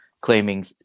claiming